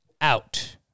out